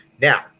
Now